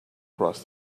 across